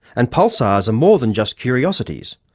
and pulsars are more than just curiosities,